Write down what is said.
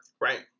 Right